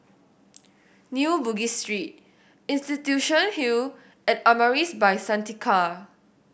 New Bugis Street Institution Hill and Amaris By Santika